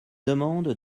demande